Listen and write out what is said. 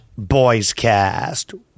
boyscast